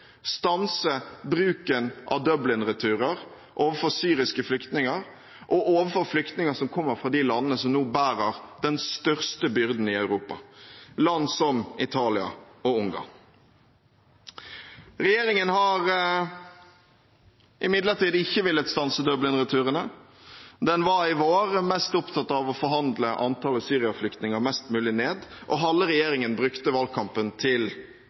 stanse bruken av Dublin-returer overfor syriske flyktninger og overfor flyktninger som kommer fra de landene som nå bærer den største byrden i Europa, land som Italia og Ungarn. Regjeringen har imidlertid ikke villet stanset Dublin-returene. Den var i vår mest opptatt av å forhandle antallet syriaflyktninger mest mulig ned, og halve regjeringen brukte valgkampen til